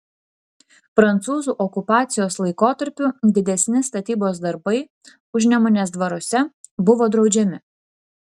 prancūzų okupacijos laikotarpiu didesni statybos darbai užnemunės dvaruose buvo draudžiami